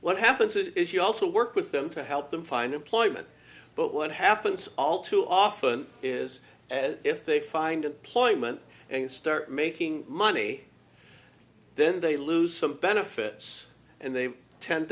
what happens is you also work with them to help them find employment but what happens all too often is as if they find employment and start making money then they lose some benefits and they tend